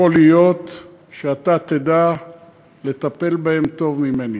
יכול להיות שאתה תדע לטפל בהם טוב ממני.